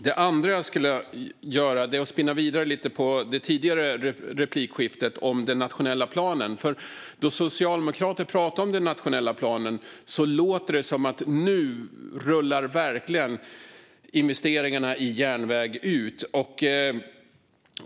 Det andra jag skulle vilja göra är att spinna vidare lite grann på det tidigare replikskiftet om den nationella planen. Då Socialdemokraterna pratar om den nationella planen låter det som att nu rullar verkligen investeringarna i järnväg ut.